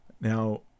Now